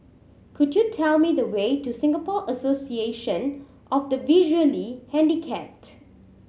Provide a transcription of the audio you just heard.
could you tell me the way to Singapore Association of the Visually Handicapped